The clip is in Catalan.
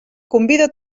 convida